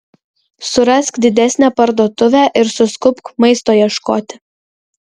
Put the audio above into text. surask didesnę parduotuvę ir suskubk maisto ieškoti